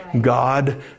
God